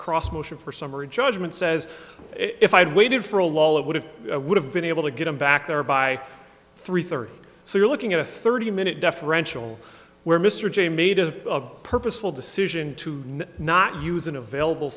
cross motion for summary judgment says if i had waited for a law that would have would have been able to get him back there by three thirty so you're looking at a thirty minute deferential where mr j made a purposeful decision to not use an available